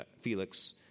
Felix